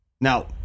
now